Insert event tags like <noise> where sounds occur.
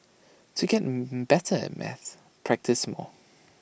to get <hesitation> better at maths practise more